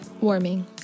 warming